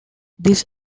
this